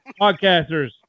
podcasters